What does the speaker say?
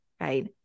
right